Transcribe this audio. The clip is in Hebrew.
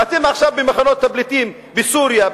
אתם עכשיו במחנות הפליטים בסוריה,